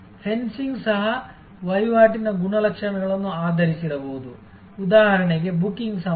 fencing ಸಹ ವಹಿವಾಟಿನ ಗುಣಲಕ್ಷಣಗಳನ್ನು ಆಧರಿಸಿರಬಹುದು ಉದಾಹರಣೆಗೆ ಬುಕಿಂಗ್ ಸಮಯ